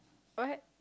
what